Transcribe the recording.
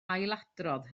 ailadrodd